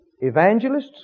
evangelists